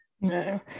no